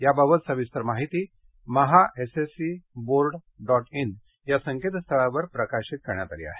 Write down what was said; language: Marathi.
याबाबत सविस्तर माहिती महाएसएससी बोर्ड डॉट इन या संकेतस्थळावर प्रकाशित करण्यात आली आहे